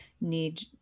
need